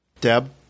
Deb